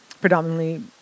predominantly